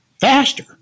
faster